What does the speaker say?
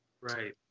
right